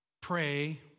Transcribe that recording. Pray